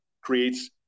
creates